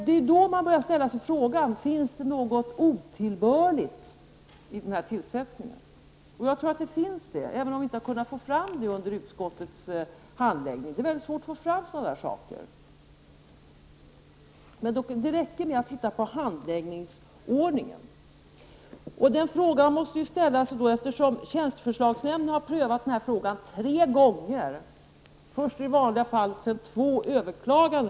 Det är då man börjar undra om det finns något otillbörligt när det gäller den här tillsättningen. Jag tror att det finns det, även om det inte har gått att komma fram till det vid utskottets handläggning. Det är ju väldigt svårt att få fram sådant. Det räcker med att titta på handläggningsordningen. Tjänsteförslagsnämnden har ju prövat frågan tre gånger, eftersom det har varit två överklaganden.